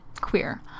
queer